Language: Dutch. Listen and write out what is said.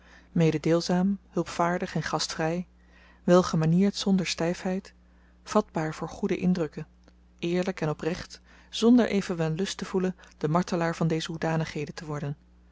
mededeelzaam hulpvaardig en gastvry welgemanierd zonder styfheid vatbaar voor goede indrukken eerlyk en oprecht zonder evenwel lust te voelen de martelaar van deze hoedanigheden te worden